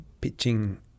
pitching